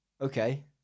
Okay